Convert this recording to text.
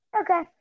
okay